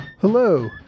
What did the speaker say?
Hello